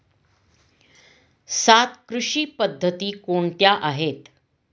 सात कृषी पद्धती कोणत्या आहेत?